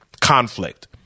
conflict